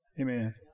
Amen